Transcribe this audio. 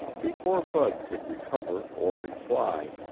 before bud could recover or reply,